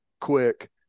quick